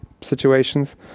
situations